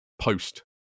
post